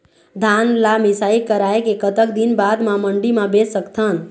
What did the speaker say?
धान ला मिसाई कराए के कतक दिन बाद मा मंडी मा बेच सकथन?